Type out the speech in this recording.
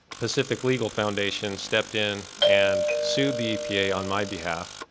pacific legal foundation stepped in and sued the epa on my behalf,